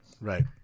Right